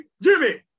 Jimmy